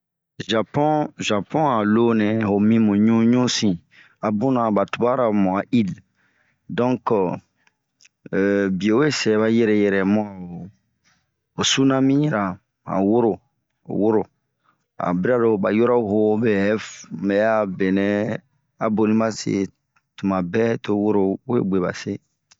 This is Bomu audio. Zapon, zapon a loo nɛɛ, ho mimu ɲuu ŋusin, abuna ba yubara lo bu a ile. Donke biowe sɛbɛ yɛrɛ yɛrɛ bun a ho sunami ra, ho a ho woro, woro. a bira lo ho yura hoo bɛ a benɛ a boni ba se. Tuma bɛɛ to wuro we bue ba se.